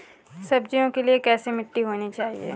सब्जियों के लिए कैसी मिट्टी होनी चाहिए?